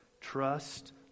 Trust